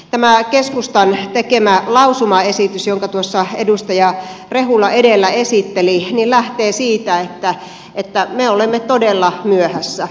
tämä keskustan tekemä lausumaesitys jonka tuossa edustaja rehula edellä esitteli lähtee siitä että me olemme todella myöhässä